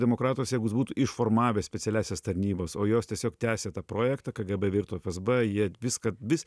demokratas jeigu jis būtų išformavęs specialiąsias tarnybas o jos tiesiog tęsė tą projektą kgb virto fsb jie viską vis